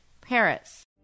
Paris